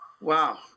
Wow